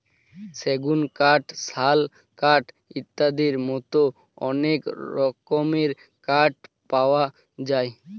সেগুন কাঠ, শাল কাঠ ইত্যাদির মতো অনেক রকমের কাঠ পাওয়া যায়